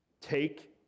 take